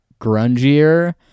grungier